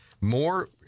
More